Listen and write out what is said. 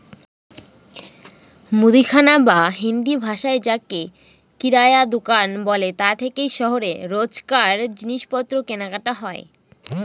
মুদিখানা বা হিন্দিভাষায় যাকে কিরায়া দুকান বলে তা থেকেই শহরে রোজকার জিনিসপত্র কেনাকাটা হয়